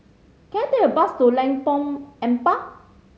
can I take a bus to Lengkong Empat